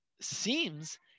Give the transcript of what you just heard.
seems